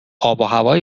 آبوهوای